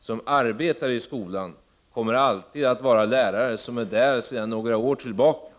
som arbetar i skolan huvudsakligen alltid kommer att bestå av lärare som finns där sedan några år tillbaka.